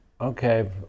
okay